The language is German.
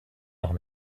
noch